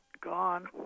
Gone